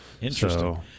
Interesting